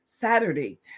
Saturday